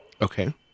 Okay